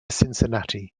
cincinnati